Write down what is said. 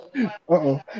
Uh-oh